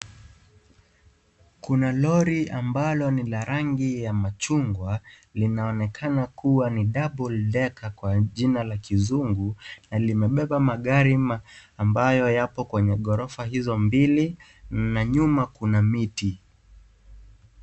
Kuna lori ambalo ni la rangi ya machungwa linaonekana kuwa ni double decker kwa jina la kizungu na limebeba magari ambayo yapo kwenye gorofa hizo mbili na nyuma kuna miti.